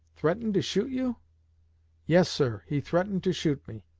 threatened to shoot you yes, sir, he threatened to shoot me